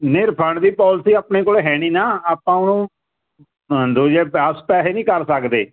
ਨੀ ਰੀਫੰਡ ਦੀ ਪੋਲਸੀ ਆਪਣੇ ਕੋਲ ਹੈ ਨਹੀਂ ਨਾ ਆਪਾਂ ਉਹਨੂੰ ਦੋ ਨਹੀਂ ਕਰ ਸਕਦੇ